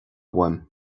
uaim